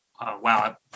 wow